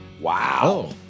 Wow